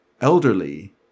elderly